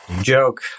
joke